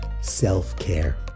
Self-care